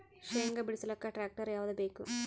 ಶೇಂಗಾ ಬಿಡಸಲಕ್ಕ ಟ್ಟ್ರ್ಯಾಕ್ಟರ್ ಯಾವದ ಬೇಕು?